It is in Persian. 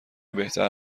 بهتر